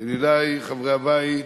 ידידי חברי הבית,